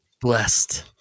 Blessed